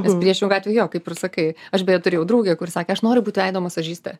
kas priešingu atveju jo kaip ir sakai aš beje turėjau draugę kuri sakė aš noriu būt veido masažistė